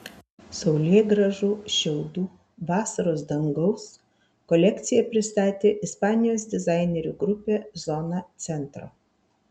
saulėgrąžų šiaudų vasaros dangaus kolekciją pristatė ispanijos dizainerių grupė zona centro